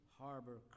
Harbor